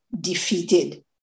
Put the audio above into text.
defeated